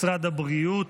משרד הבריאות,